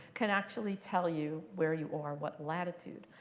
can actually tell you where you are, what latitude.